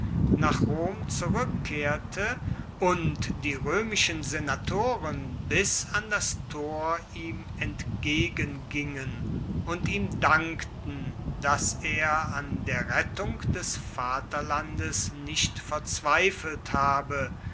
nach rom zurueckkehrte und die roemischen senatoren bis an das tor ihm entgegengingen und ihm dankten dass er an der rettung des vaterlandes nicht verzweifelt habe